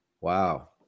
Wow